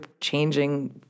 changing